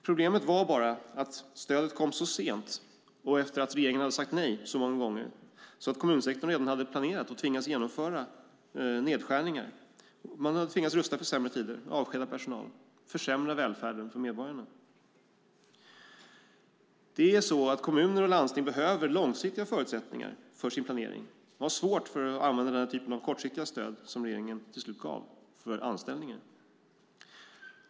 Problemet var bara att stödet kom så sent och efter att regeringen sagt nej så många gånger att kommunsektorn redan hade planerat och tvingats genomföra nedskärningar. Man hade tvingats rusta för sämre tider, avskeda personal och försämra välfärden för medborgarna. Kommuner och landsting behöver långsiktiga förutsättningar för sin planering. De har svårt att använda den typ av kortsiktiga stöd som regeringen till slut gav för anställningar.